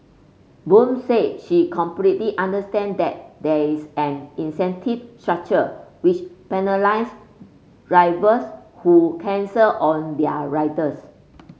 Boon said she completely understand that there is an incentive structure which penalises drivers who cancel on their riders